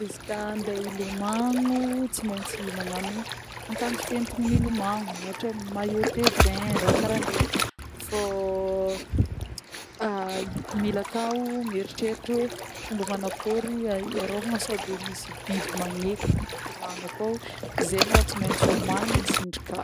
Izy koà andeha hilomagno tsy mentsy magnano ankanjo foentigny milomagna na ohatra hoe maillot de bain raha kara an'iregny fô mila koa mieritreritry hoe fômba manakory hiarovagna sô misy de misy biby magnetriky agnaty rano akô zegny raha tsy mentsy homagniny sindry ka.